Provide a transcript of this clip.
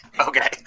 Okay